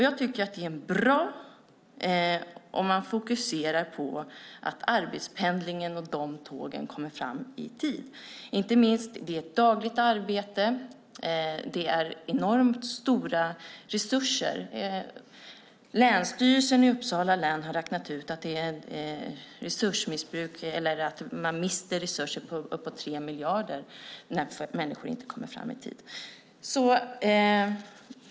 Jag tycker att det är bra om man fokuserar på arbetspendlingen och på att de tågen ska komma fram i tid, inte minst därför att det gäller dagligt arbete och det handlar om enormt stora resurser. Länsstyrelsen i Uppsala län har räknat ut att man mister resurser på uppåt 3 miljarder när människor inte kommer fram i tid.